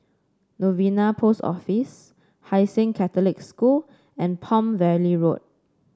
Novena Post Office Hai Sing Catholic School and Palm Valley Road